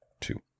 two